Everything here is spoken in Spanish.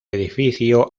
edificio